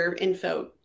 info